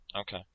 Okay